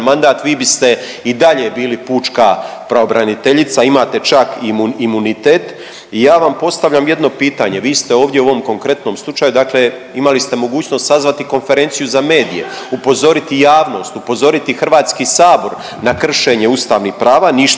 mandat vi biste i dalje bili pučka pravobraniteljica. Imate čak imunitet i ja vam postavljam jedno pitanje. Vi ste ovdje u ovom konkretnom slučaju, dakle imali ste mogućnost sazvati konferenciju za medije, upozoriti javnost, upozoriti Hrvatski sabor na kršenje ustavnih prava. Ništa